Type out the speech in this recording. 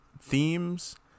themes